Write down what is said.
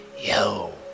Yo